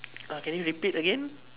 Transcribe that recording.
ah can you repeat again